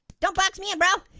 don't box me in, bro.